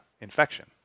infection